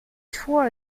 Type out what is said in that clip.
tour